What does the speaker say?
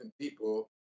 people